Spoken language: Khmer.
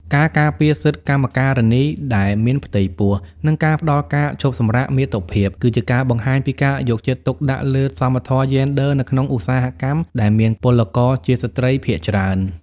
ការការពារសិទ្ធិកម្មការិនីដែលមានផ្ទៃពោះ និងការផ្ដល់ការឈប់សម្រាកមាតុភាព គឺជាការបង្ហាញពីការយកចិត្តទុកដាក់លើសមធម៌យេនឌ័រនៅក្នុងឧស្សាហកម្មដែលមានពលករជាស្ត្រីភាគច្រើន។